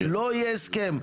לא יהיה הסכם.